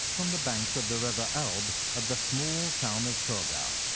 on the banks of the river elbe at the small town of torgau,